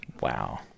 Wow